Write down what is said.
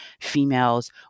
females